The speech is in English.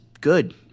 good